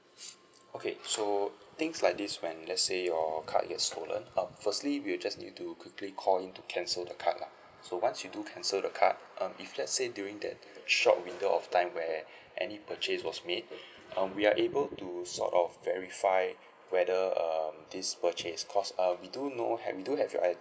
okay so things like this when let's say your card is stolen err firstly we'll just need you to quickly call in to cancel the card lah so once you do cancelled the card um if let's say during that shop reader of time where any purchase was made um we are able to sort of verify whether um this purchase because um we do know have we do have your